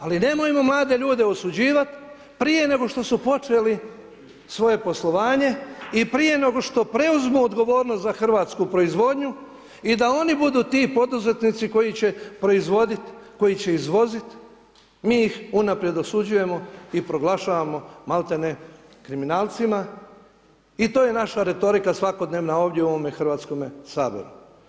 Ali nemojmo mlade ljude osuđivati prije nego što su počeli svoje poslovanje i prije nego što preuzmu odgovornost za hrvatsku proizvodnju, i da oni budu ti poduzetnici koji će proizvoditi, koji će izvoziti mi ih unaprijed osuđujemo i proglašavamo malte ne kriminalcima i to je naša retorika svakodnevna ovdje u ovome Hrvatskome saboru.